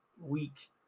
week